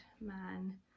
man